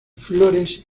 flores